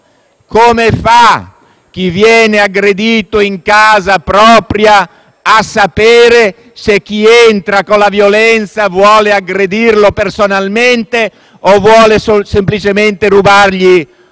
come fa chi viene aggredito in casa propria a sapere se chi entra con la violenza vuole aggredirlo personalmente o vuole semplicemente rubargli l'argenteria: